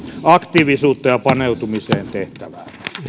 aktiivisuutta ja tehtävään